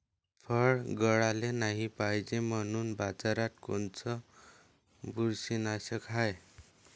फळं गळाले नाही पायजे म्हनून बाजारात कोनचं बुरशीनाशक हाय?